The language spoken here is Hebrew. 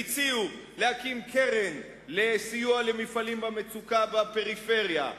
והציעו להקים קרן לסיוע למפעלים במצוקה בפריפריה,